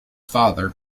father